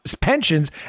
pensions